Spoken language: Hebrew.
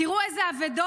תראו אילו אבדות.